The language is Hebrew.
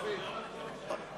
גאון הדור, המנהיג הגדול.